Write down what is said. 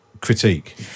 Critique